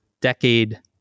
decade